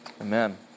Amen